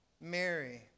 Mary